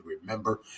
remember